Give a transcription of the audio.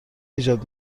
ایجاد